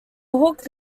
hooked